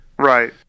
Right